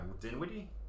Dinwiddie